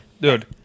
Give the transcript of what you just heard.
dude